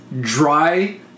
dry